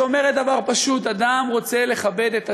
שאומרת דבר פשוט: אדם רוצה לכבד את עצמו,